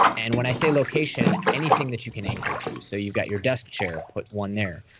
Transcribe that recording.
and when i say location, anything that you can anchor to. so you've got your desk chair, put one there,